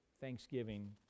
thanksgiving